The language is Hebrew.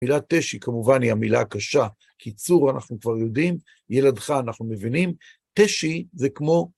מילה תשי, כמובן, היא המילה הקשה, קיצור, אנחנו כבר יודעים, ילדך אנחנו מבינים, תשי זה כמו...